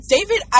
David